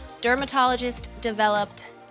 dermatologist-developed